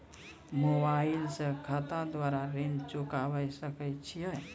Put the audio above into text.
Mobile से खाता द्वारा ऋण चुकाबै सकय छियै?